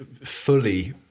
fully